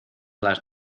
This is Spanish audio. las